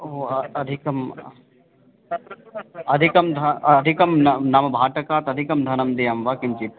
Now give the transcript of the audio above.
ओ अधिकम् अधिकं धा अधिकं न नाम भाटकात् अधिकं धनं देयं वा किञ्चित्